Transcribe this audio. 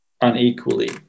unequally